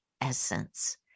essence